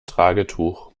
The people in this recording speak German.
tragetuch